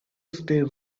stay